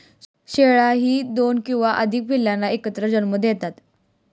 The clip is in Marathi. शेळ्याही दोन किंवा अधिक पिल्लांना एकत्र जन्म देतात